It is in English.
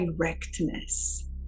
directness